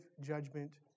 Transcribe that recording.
judgment